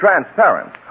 transparent